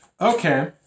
Okay